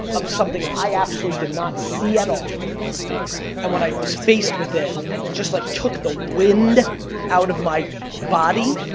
of something i absolutely did not see at all and when i was faced with it, it just like took the wind out of my body,